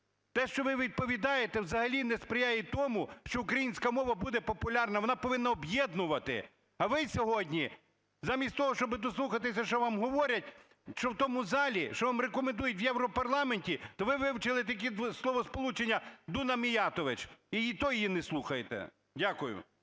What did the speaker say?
Те, що ви відповідаєте, взагалі не сприяє тому, що українська мова буде популярна, вона повинна об'єднувати, а ви сьогодні, замість того, щоб дослухатися що вам говорять, що в тому залі, що вам рекомендують в Європарламенті, то ви вивчили тільки словосполучення "Дуня Міятович" і то її не слухаєте. Дякую.